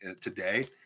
today